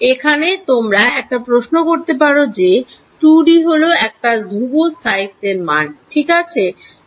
এখানে তোমরা একটা প্রশ্ন করতে পারো যে 2D হল একটা ধ্রুব স্থায়িত্বের মান ঠিক আছে